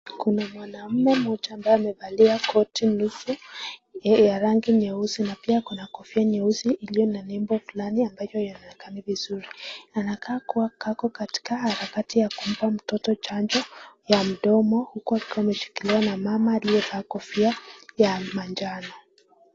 Kuna mwanaume moja ambaye amevalia koti nusu, ya rangi nyeusi na pia akona kofia nyeusi iliyo na nembo fulani ambayo haionekani vizuri. Anakaa kuwa kako katika harakati ya kumpa mtoto chanjo ya mdomo, huku akiwa meshikiliwa na mama aliyevaa kofia ya majano.